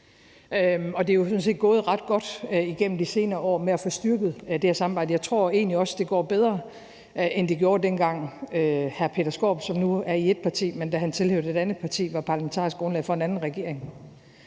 år gået ret godt med at få styrket det her samarbejde, og jeg tror egentlig også, det går bedre, end det gjorde, dengang hr. Peter Skaarup, som nu er i et andet parti, tilhørte et parti, som var parlamentarisk grundlag for en anden regering.